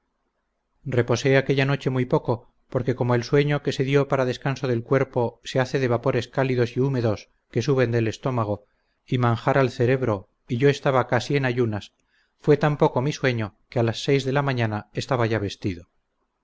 reposa aquella noche muy poco porque como el sueño que se dió para descanso del cuerpo se hace de vapores cálidos y húmedos que suben del estómago y manjar al cerebro y yo estaba casi en ayunas fué tan poco mi sueño que a las seis de la mañana estaba ya vestido